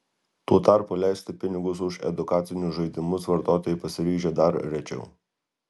tuo tarpu leisti pinigus už edukacinius žaidimus vartotojai pasiryžę dar rečiau